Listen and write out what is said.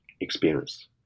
experience